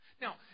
Now